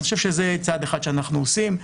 אני חושב שזה צעד אחד שאנחנו עושים.